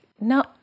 no